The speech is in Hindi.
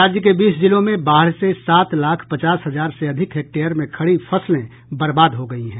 राज्य के बीस जिलों में बाढ़ से सात लाख पचास हजार से अधिक हेक्टेयर में खड़ी फसलें बर्बाद हो गई हैं